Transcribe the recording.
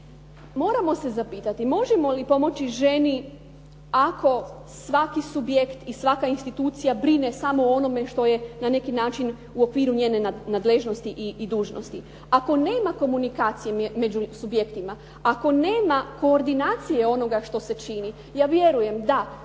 moramo se zapitati možemo li pomoći ženi ako svaki subjekt i svaka institucija brine samo o onome što je na neki način u okviru njene nadležnosti i dužnosti. Ako nema komunikacije među subjektima, ako nema koordinacija onoga što se čini, ja vjerujem da